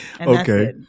Okay